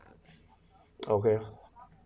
okay